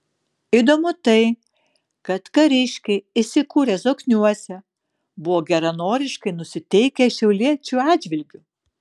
įdomu tai kad kariškiai įsikūrę zokniuose buvo geranoriškai nusiteikę šiauliečių atžvilgiu